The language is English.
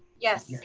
yes.